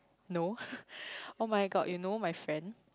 no [oh]-my-god you know my friend